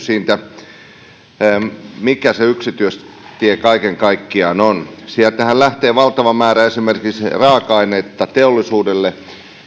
siitä että mikä se yksityistie kaiken kaikkiaan on yksityisteiden varsiltahan lähtee valtava määrä esimerkiksi raaka aineita teollisuudelle